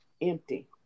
empty